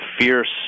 fierce